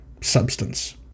substance